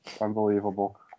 Unbelievable